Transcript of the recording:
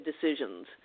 decisions